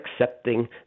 accepting